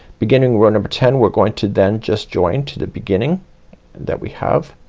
beginning row number ten we're going to then just join to the beginning that we have.